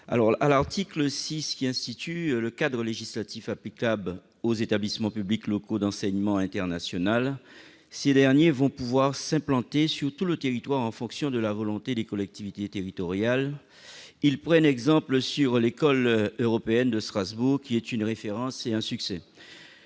L'article 6 institue le cadre législatif applicable aux établissements publics locaux d'enseignement international. Ces derniers vont pouvoir s'implanter sur tout le territoire en fonction de la volonté des collectivités territoriales, prenant exemple sur l'école européenne de Strasbourg, qui est une référence et un succès.